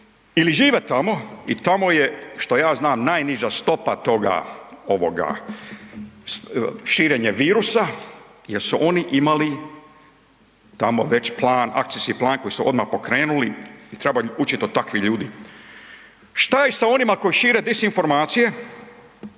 ili žive tamo i tamo je što ja znam, najniža stopa toga širenje virusa jer su oni imali tamo već plan, akcijski plan koji su odmah pokrenuli, treba učit od takvih ljudi. Šta je sa onima koji šire disinformacije